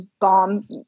Bomb